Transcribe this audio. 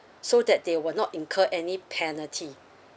so that they will not incur any penalty